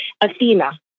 Athena